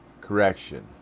correction